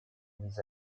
with